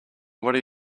were